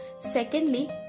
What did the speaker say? secondly